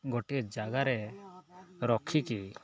ଗୋଟିଏ ଜାଗାରେ ରଖିକି